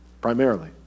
primarily